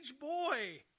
boy